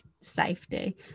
safety